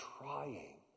trying